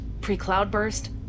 Pre-Cloudburst